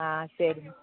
ஆ சரிம்மா